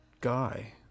guy